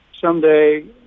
someday